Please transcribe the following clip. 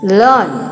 learn